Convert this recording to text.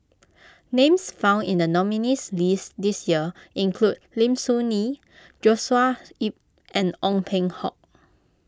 names found in the nominees' list this year include Lim Soo Ngee Joshua Ip and Ong Peng Hock